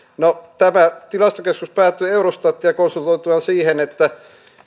no tämä tilastokeskus päätyi eurostatia konsultoituaan siihen että